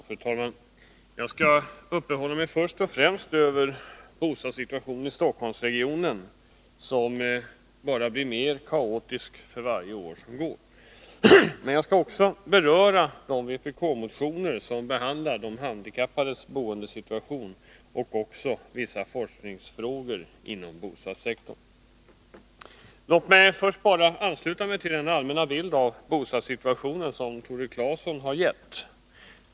Fru talman! Jag skall uppehålla mig först och främst vid bostadssituationen i Stockholmsregionen som bara blir mer kaotisk för varje år som går. Men jag skall också beröra vpk-motionerna som behandlar de handikappades boendesituation och vissa forskningsfrågor inom bostadssektorn. Låt mig bara först ansluta mig till den allmänna bild av bostadssituationen som Tore Claeson har gett.